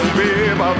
baby